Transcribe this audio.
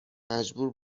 مجبور